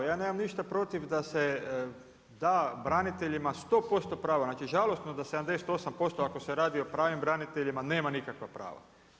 Ja nemam ništa protiv da se da braniteljima 100% pravo, znači žalosno da 78% ako se radi o pravim braniteljima nema nikakva prava.